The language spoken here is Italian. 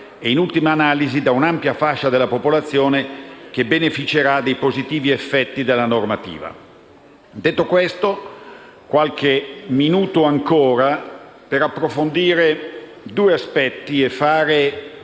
e, in ultima analisi, da un'ampia fascia della popolazione che beneficerà dei positivi effetti della normativa. Detto questo, qualche minuto ancora per approfondire due aspetti e fare